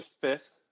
fifth